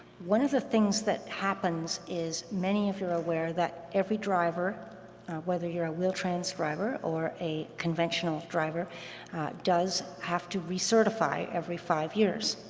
one of things that happens is, many of you are aware, that every driver whether you're a wheel-trans driver or a conventional driver does have to recertify every five years.